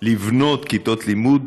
לבנות כיתות לימוד,